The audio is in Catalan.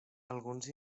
alguns